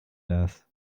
das